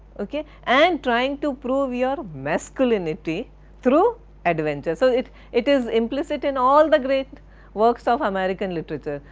ok and trying to prove your masculinity through adventure. so it it is implicit in all the great works of american literature.